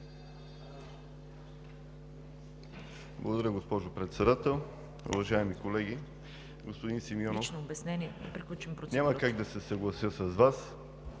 Благодаря, госпожо Председател. Уважаеми колеги! Господин Симеонов, няма как да се съглася с Вас.